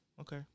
Okay